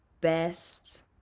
best